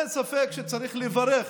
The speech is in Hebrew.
אין ספק שצריך לברך